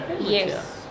Yes